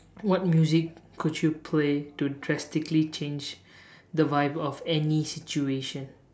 what music could you play to drastically change the vibe of any situation